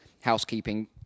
housekeeping